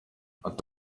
ati